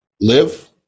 live